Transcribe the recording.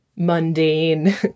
mundane